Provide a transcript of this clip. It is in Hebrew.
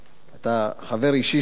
אתה חבר אישי שלי,